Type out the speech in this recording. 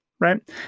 right